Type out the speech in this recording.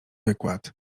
wykład